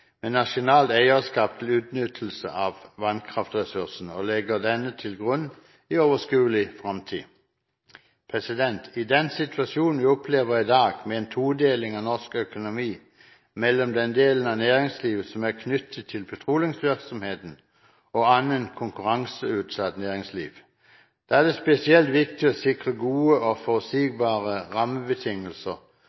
med nasjonalt eierskap til utnyttelse av vannkraftressursene, og legger denne til grunn i overskuelig fremtid. Med den situasjonen vi opplever i dag, med en todeling av norsk økonomi mellom den delen av næringslivet som er knyttet til petroleumsvirksomheten, og annet konkurranseutsatt næringsliv, er det spesielt viktig å sikre gode og